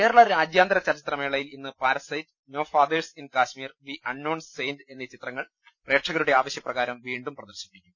കേരള രാജ്യാന്തര ചലച്ചിത്ര മേളയിൽ ഇന്ന് parasite no fathers in Kashmir the unknown saint എന്നീ ചിത്രങ്ങൾ പ്രേക്ഷകരുടെ ആവശ്യപ്രകാരം വീണ്ടും പ്രദർശിപ്പിക്കും